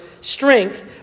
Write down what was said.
strength